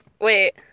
Wait